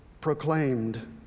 proclaimed